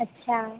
अच्छा